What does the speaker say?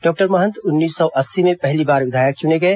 doctor Mahant उन्नीस सौ अस्सी में पहली बार विधायक चुने गए